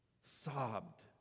sobbed